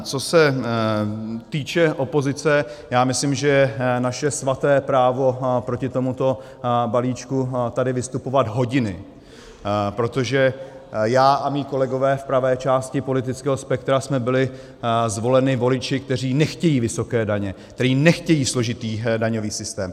Co se týče opozice, já myslím, že je naše svaté právo proti tomuto balíčku tady vystupovat hodiny, protože já a mí kolegové v pravé části politického spektra jsme byli zvoleni voliči, kteří nechtějí vysoké daně, kteří nechtějí složitý daňový systém.